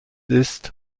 ist